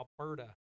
Alberta